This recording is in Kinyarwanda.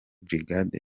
brigade